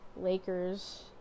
Lakers